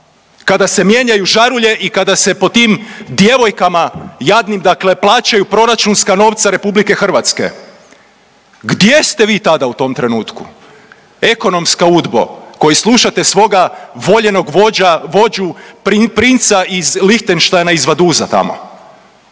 kada se mijenjaju žarulje i kada se po tim djevojkama jadnim dakle plaćaju proračunska novca RH? Gdje ste vi tada u tom trenutku ekonomska Udbo koja slušate svoga voljenog vođu, princa iz Lihtenštajna iz Vaduza tamo?